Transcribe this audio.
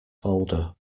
folder